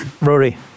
Rory